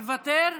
מוותר?